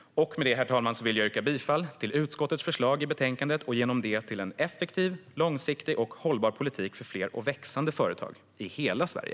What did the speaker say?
Med det, herr talman, vill jag yrka bifall till utskottets förslag i betänkandet och i och med det också bifall till en effektiv, långsiktig och hållbar politik för fler och växande företag i hela Sverige.